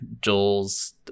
Joel's